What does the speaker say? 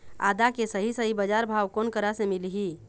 आदा के सही सही बजार भाव कोन करा से मिलही?